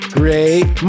great